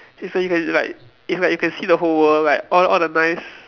it's like you can like it's like you can see the whole world like all all the nice